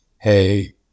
Hey